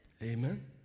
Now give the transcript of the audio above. Amen